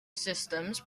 systems